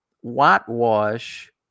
whitewash